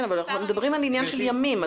כן, אבל אנחנו מדברים על עניין של ימים.